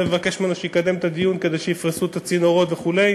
לבקש ממנו שיקדם את הדיון כדי שיפרסו את הצינורות וכו',